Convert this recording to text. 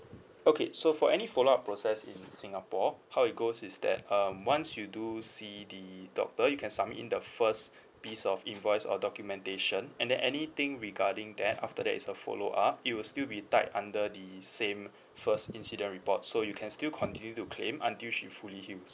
okay so for any follow up process in singapore how it goes is that um once you do see the doctor you can submit in the first piece of invoice or documentation and then anything regarding that after that is a follow up it will still be tied under the same first incident report so you can still continue to claim until she fully heals